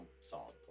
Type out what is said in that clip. solid